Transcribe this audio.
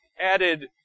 added